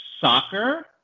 soccer